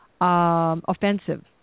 offensive